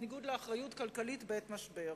בניגוד לאחריות כלכלית בעת משבר.